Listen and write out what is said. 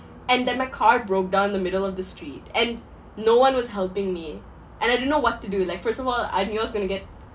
and that my car broke down in the middle of the street and no one was helping me and I didn't know what to do like first of all I knew I was going to get